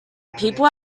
people